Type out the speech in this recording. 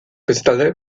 bestalde